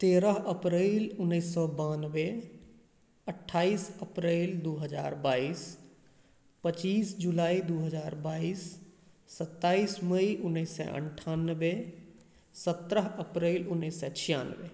तेरह अप्रैल उन्नीस सए बानबे अठ्ठाइस अप्रैल दू हजार बाइस पच्चीस जुलाई दू हजार बाइस सत्ताइस मई उन्नीस सए अनठानबे सत्तरह अप्रैल उन्नीस सए छियानबे